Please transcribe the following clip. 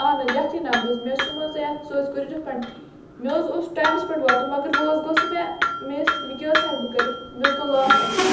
اَہن حظ یَتھٕے نَمبرَس مےٚ حظ چھُ مو ژےٚ یَتھ سُہ حظ کٔرِو رِفنٛڈ مےٚ حظ اوس ٹایمَس پٮ۪ٹھ واتُن مگر وۄنۍ حظ گوٚو سُہ مےٚ مِس وۄنۍ کیٛاہ حظ ہٮ۪کہٕ بہٕ کٔرِتھ مےٚ حظ گوٚو لاس اَتی